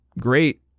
great